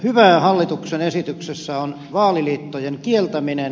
hyvää hallituksen esityksessä on vaaliliittojen kieltäminen